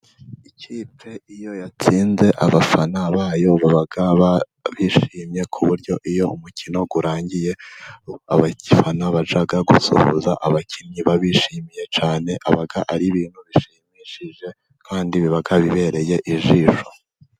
Ikipe iyo yatsinze abafana bayo baba bishimye ku buryo iyo umukino urangiye, abafana bajya gusuhuza abakinnyi baba bishimiye cyane, aba ari ibintu bishimishije kandi biba bibereye ijisho.